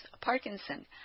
Parkinson